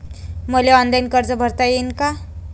मले ऑनलाईन कर्ज भरता येईन का?